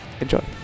enjoy